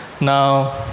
Now